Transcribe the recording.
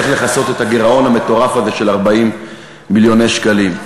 איך לכסות את הגירעון המטורף הזה של 40 מיליוני שקלים?